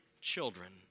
children